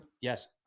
yes